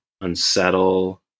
unsettle